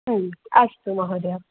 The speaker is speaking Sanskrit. अस्तु महोदय